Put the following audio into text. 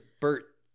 Bert